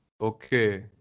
Okay